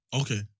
Okay